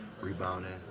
Rebounding